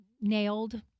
nailed